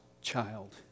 child